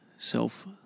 Self